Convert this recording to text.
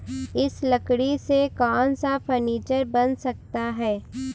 इस लकड़ी से कौन सा फर्नीचर बन सकता है?